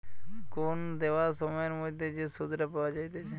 কোন দেওয়া সময়ের মধ্যে যে সুধটা পাওয়া যাইতেছে